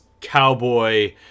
cowboy